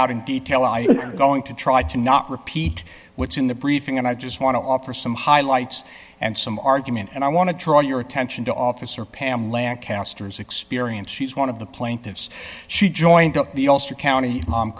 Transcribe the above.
out in detail and i am going to try to not repeat what's in the briefing and i just want to offer some highlights and some argument and i want to draw your attention to officer pam lancaster's experience she's one of the plaintiffs she joined the ulster county